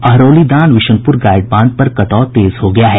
Ahiraulidan Vishunpur guide बांध पर कटाव तेज हो गया है